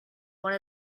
one